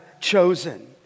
chosen